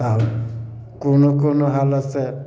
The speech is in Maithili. तब कोनो कोनो हालत से